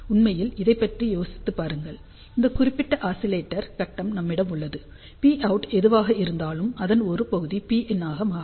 உண்மையில் இதைப் பற்றி யோசித்துப் பாருங்கள் இந்த குறிப்பிட்ட ஆஸிலேட்டர் கட்டம் நம்மிடம் உள்ளது Pout எதுவாக இருந்தாலும் அதன் ஒரு பகுதி Pin ஆகப் போகிறது